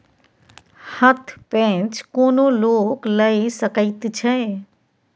हथ पैंच कोनो लोक लए सकैत छै